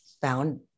found